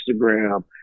Instagram